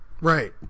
Right